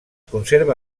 conserva